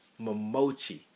Momochi